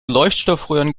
leuchtstoffröhren